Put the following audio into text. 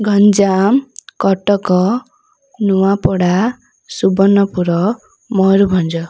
Ganjam Cuttack Nuapada Subarnapur Mayurbhanj